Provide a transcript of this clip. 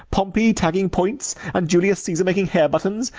pompey tagging points, and julius caesar making hair-buttons,